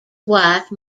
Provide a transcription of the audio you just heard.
wife